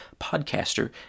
podcaster